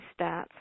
stats